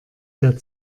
der